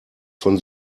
von